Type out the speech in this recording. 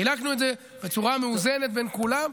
חילקנו את זה בצורה מאוזנת בין כולם.